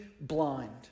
blind